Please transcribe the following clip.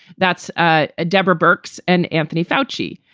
that's ah deborah bourke's and anthony foushee.